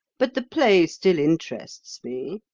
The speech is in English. but the play still interests me.